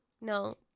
No